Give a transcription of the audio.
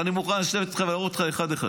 ואני מוכן לשבת איתך ולהראות לך אחת-אחת,